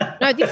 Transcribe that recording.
No